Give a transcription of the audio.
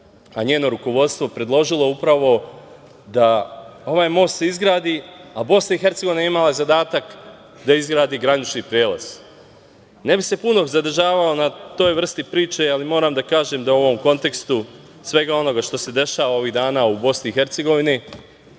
a njeno rukovodstvo predložilo upravo da ovaj most se izgradi, a Bosna i Hercegovina je imala zadatak da izgradi granični prelaz. Ne bih se puno zadržavao na toj vrsti priče, ali moram da kažem u ovom kontekstu svega onoga što se dešava ovih dana u Bosni